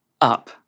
up